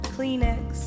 Kleenex